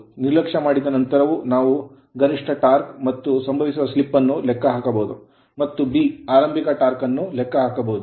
ನಿರ್ಲಕ್ಷ್ಯಮಾಡಿದ ನಂತರವೂ ನಾವು a ಗರಿಷ್ಠ torque ಟಾರ್ಕ್ ಮತ್ತು ಅದು ಸಂಭವಿಸುವ slip ಸ್ಲಿಪ್ ಅನ್ನು ಲೆಕ್ಕಹಾಕಬಹುದು ಮತ್ತು b ಆರಂಭಿಕ torque ಟಾರ್ಕ್ ಅನ್ನು ಲೆಕ್ಕಹಾಕಬಹುದು